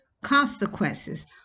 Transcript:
consequences